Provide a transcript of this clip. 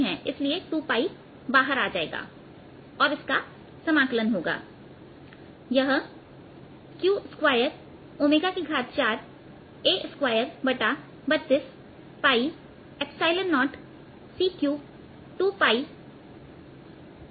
इसलिए 2बाहर आ जाएगा और इसका समाकलन होगा यह q24A2320 c32sin2हो जाएगा